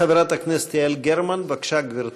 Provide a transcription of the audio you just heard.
חברת הכנסת יעל גרמן, בבקשה, גברתי.